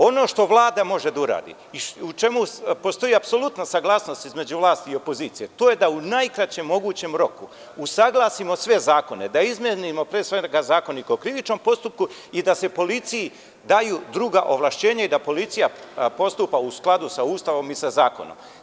Ono što Vlada može da uradi i u čemu postoji saglasnost između vlasti i opozicije, to je da u najkraćem mogućem roku, usaglasimo sve zakone, da izmenimo Zakon o krivičnom postupku i da se policiji daju druga ovlašćenja i da policija postupa u skladu sa Ustavom i sa zakonom.